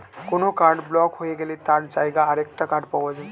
কোনো card block হয়ে গেলে তার জায়গায় আরেকটা কার্ড পাওয়া যায়